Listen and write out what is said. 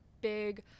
big